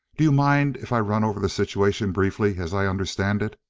do you mind if i run over the situation briefly, as i understand it?